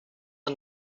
are